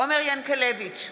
עומר ינקלביץ'